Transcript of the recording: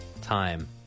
time